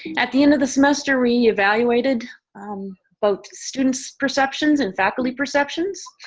at the end of the semester, we evaluated both student's perceptions and faculty perceptions.